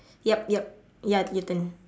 yup yup ya your turn